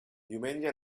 diumenge